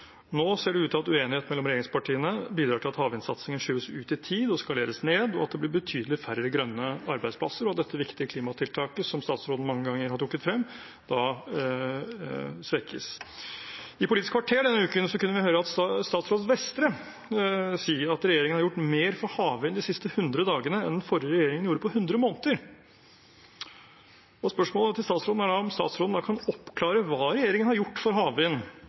Nå ser det ut til at uenighet mellom regjeringspartiene bidrar til at havvindsatsingen skyves ut i tid og skaleres ned, at det blir betydelig færre grønne arbeidsplasser, og at dette viktige klimatiltaket som statsråden mange ganger har trukket frem, da svekkes. I Politisk kvarter denne uken kunne vi høre statsråd Vestre si at regjeringen har gjort mer for havvind de siste 100 dagene enn den forrige regjeringen gjorde på 100 måneder. Spørsmålet til statsråden er da om statsråden kan oppklare hva regjeringen har gjort for havvind